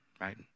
right